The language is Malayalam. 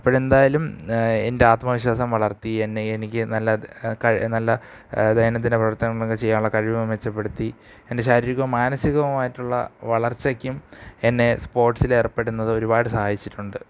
അപ്പോഴെന്തായാലും എൻ്റെ ആത്മവിശ്വാസം വളർത്തി എന്നെ എനിക്ക് നല്ല നല്ല ദൈനംദിന പ്രവർത്തനങ്ങളൊക്കെ ചെയ്യാനുള്ള കഴിവു മെച്ചപ്പെടുത്തി എൻ്റെ ശാരീരികവും മനസികവുമായിട്ടുള്ള വളർച്ചയ്ക്കും എന്നെ സ്പോർട്സില് ഏർപ്പെടുന്നത് ഒരുപാട് സഹായിച്ചിട്ടുണ്ട്